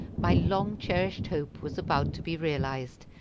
my long-cherished hope was about to be realized,